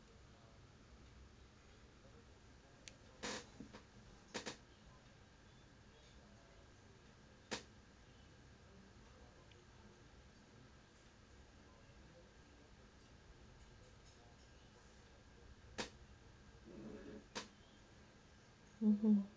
mmhmm